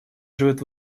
живет